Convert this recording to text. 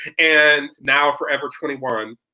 and, now a forever twenty one,